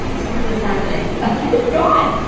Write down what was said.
tell me what's happening it's gone